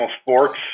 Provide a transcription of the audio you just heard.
sports